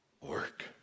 work